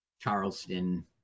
Charleston